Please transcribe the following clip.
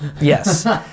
Yes